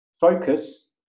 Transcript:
focus